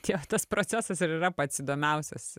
kiek tas procesas ir yra pats įdomiausias